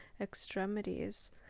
extremities